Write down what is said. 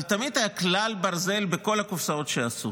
אבל תמיד היה כלל ברזל בכל הקופסאות שעשו: